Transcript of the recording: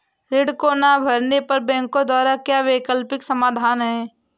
ऋण को ना भरने पर बैंकों द्वारा क्या वैकल्पिक समाधान हैं?